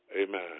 Amen